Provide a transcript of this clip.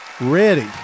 Ready